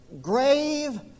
grave